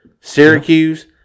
Syracuse